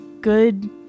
good